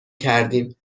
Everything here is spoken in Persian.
کردیم